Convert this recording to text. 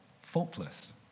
faultless